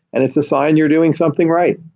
and it's a sign you're doing something right.